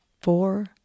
four